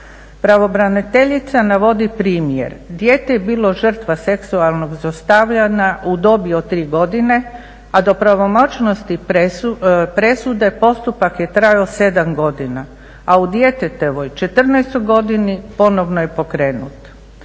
Pravobraniteljica navodi primjer, dijete je bilo žrtva seksualnog zlostavljanja u dobi od 3 godine, a do pravomoćnosti presude postupak je trajao 7 godini, a u djetetovoj 14 godini ponovno je pokrenut.